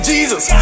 Jesus